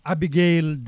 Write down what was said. Abigail